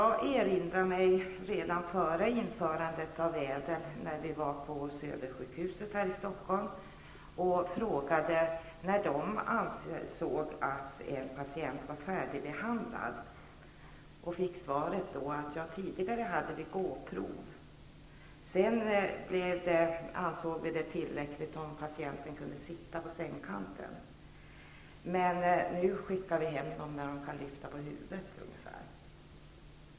Jag erinrar mig det besök vi gjorde på Södersjukhuset här i Stockholm. Det var före införandet av ÄDEL. Vi frågade om när en patient kunde anses vara färdigbehandlad. Svaret blev: Tidigare hade vi gåprov. Men sedan ansåg vi att det var tillräckligt om patienten kunde sitta på sängkanten. Nu skickar vi hem patienterna när de -- ungefär så uttryckte man sig -- kan lyfta på huvudet.